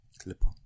Clipper